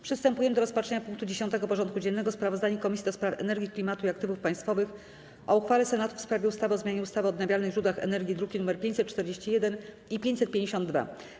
Przystępujemy do rozpatrzenia punktu 10. porządku dziennego: Sprawozdanie Komisji do Spraw Energii, Klimatu i Aktywów Państwowych o uchwale Senatu w sprawie ustawy o zmianie ustawy o odnawialnych źródłach energii (druki nr 541 i 552)